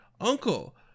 uncle